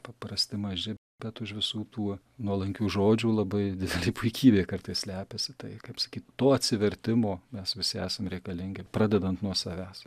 paprasti maži bet už visų tų nuolankių žodžių labai didelė puikybė kartais slepiasi tai kaip sakyt to atsivertimo mes visi esam reikalingi pradedant nuo savęs